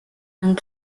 and